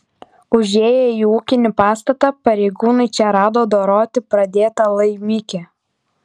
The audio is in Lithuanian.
užėję į ūkinį pastatą pareigūnai čia rado doroti pradėtą laimikį